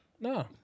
no